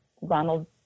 ronald